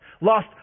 lost